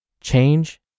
change